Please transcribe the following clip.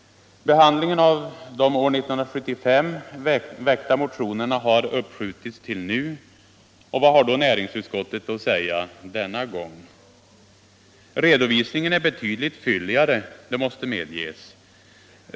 Behandlingen av de år 1975 väckta motionerna har uppskjutits till nu. Vad har då näringsutskottet att säga denna gång? Redovisningen är betydligt fylligare, det måste medges.